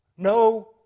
No